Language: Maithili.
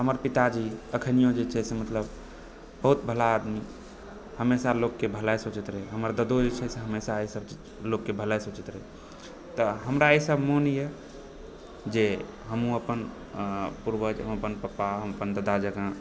हमर पिता जी अखनियो जे छै से मतलब बहुत भला आदमी हमेशा लोगके भलाई सोचैत रहै हमर ददो जे छै से हमेशा लोगके भलाई सोचैत रहै तऽ हमरा ई सब मोन यऽ जे हमहुँ अपन पूर्वज हम अपन पपा हम अपन ददा जँका